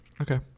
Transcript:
Okay